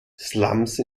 slums